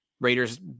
Raiders